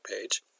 page